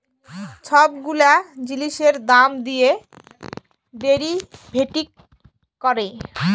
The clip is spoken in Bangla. ছব গুলা জিলিসের দাম দিঁয়ে ডেরিভেটিভ ক্যরে